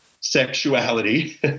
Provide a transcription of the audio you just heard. sexuality